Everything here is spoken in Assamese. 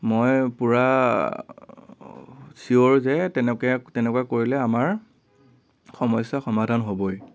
মই পুৰা ছিয়ৰ যে তেনেকুৱা তেনেকুৱা কৰিলে আমাৰ সমস্য়া সমাধান হ'বই